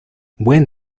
buen